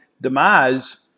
demise